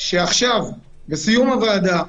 שעכשיו, בסיום הוועדה,